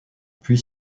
puis